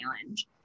challenge